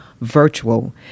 virtual